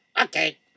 Okay